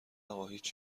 اقا، هیچ